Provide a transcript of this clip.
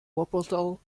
wuppertal